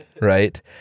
Right